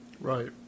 Right